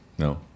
No